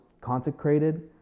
consecrated